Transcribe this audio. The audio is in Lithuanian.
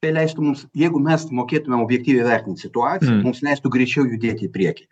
tai leistų mums jeigu mes mokėtumėm objektyviai įvertint situaciją mums leistų greičiau judėti į priekį